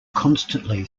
constantly